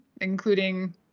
including